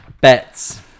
bets